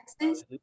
texas